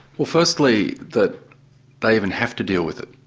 well firstly, that they even have to deal with it.